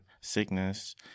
sickness